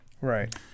Right